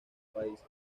país